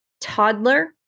toddler